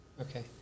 Okay